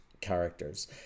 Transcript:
characters